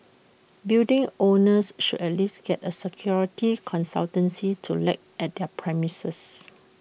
building owners should at least get A security consultancy to look at their premises